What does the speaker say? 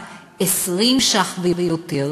20 ש"ח ויותר.